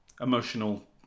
emotional